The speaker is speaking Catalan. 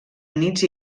units